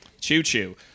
Choo-choo